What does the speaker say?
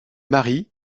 marie